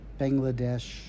Bangladesh